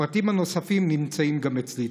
הפרטים הנוספים נמצאים גם אצלי.